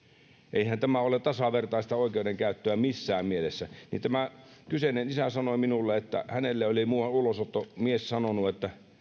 eihän tämä ole tasavertaista oikeudenkäyttöä missään mielessä tämä kyseinen isä sanoi minulle että hänelle oli muuan ulosottomieskin sanonut että